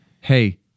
hey